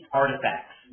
artifacts